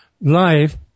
life